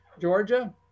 Georgia